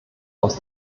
aus